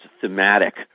thematic